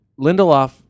Lindelof